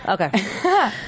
Okay